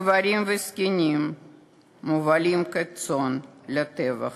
גברים וזקנים מובלים כצאן לטבח,